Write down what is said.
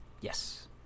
Yes